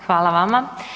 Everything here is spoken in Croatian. Hvala vama.